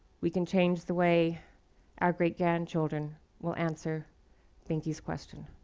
we can change the way our great-grandchildren will answer benki's question.